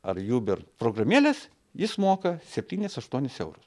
ar juber programėles jis moka septynis aštuonis eurus